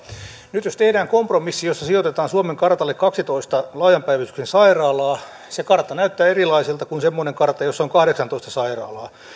nyt jos tehdään kompromissi jossa sijoitetaan suomen kartalle kahdentoista laajan päivystyksen sairaalaa se kartta näyttää erilaiselta kuin semmoinen kartta jossa on kahdeksantoista sairaalaa